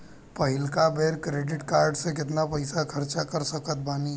पहिलका बेर credit card से केतना पईसा खर्चा कर सकत बानी?